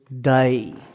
day